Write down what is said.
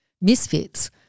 misfits